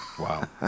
Wow